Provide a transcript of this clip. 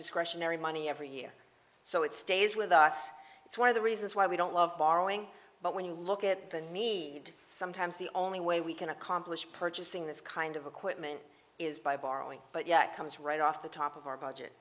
discretionary money every year so it stays with us it's one of the reasons why we don't love borrowing but when you look at the need sometimes the only way we can accomplish purchasing this kind of equipment is by borrowing but yeah it comes right off the top of our budget